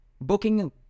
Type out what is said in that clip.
Booking